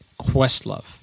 Questlove